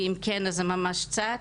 ואם כן אז זה ממש קצת.